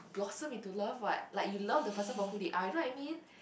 blossom into love what like you love the person for who they are you know what I mean